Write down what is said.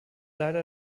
leider